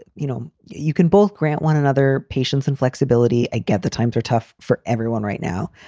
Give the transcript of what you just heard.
you know, you can both grant one another patients and flexibility. i get the times are tough for everyone right now,